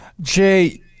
Jay